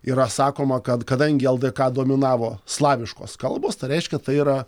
yra sakoma kad kadangi ldk dominavo slaviškos kalbos tai reiškia tai yra